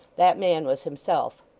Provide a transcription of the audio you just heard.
that man was himself.